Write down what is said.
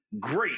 great